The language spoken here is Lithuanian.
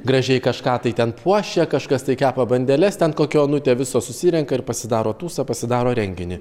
gražiai kažką tai ten puošia kažkas tai kepa bandeles ten kokia onutė visos susirenka ir pasidaro tūsą pasidaro renginį